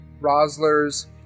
Rosler's